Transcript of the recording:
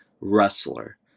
wrestler